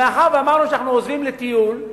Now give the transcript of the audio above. מאחר שאמרנו שאנחנו עוזבים לטיול,